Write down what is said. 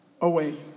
away